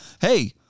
hey